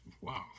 wow